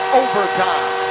overtime